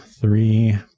three